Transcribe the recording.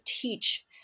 teach